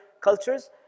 cultures